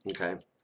okay